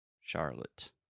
Charlotte